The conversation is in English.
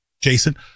Jason